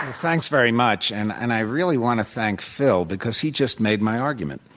ah thanks very much and and i really want to thank phil, because he just made my argument.